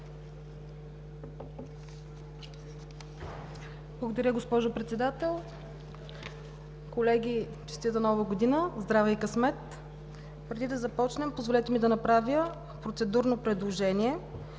Благодаря Ви, госпожо Председател. Колеги, честита Нова година! Здраве и късмет! Преди да започнем, позволете ми да направя процедурно предложение